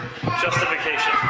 justification